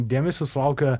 dėmesio sulaukia